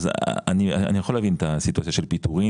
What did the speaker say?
אני יכול להבין את הסיטואציה של פיטורים